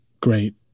great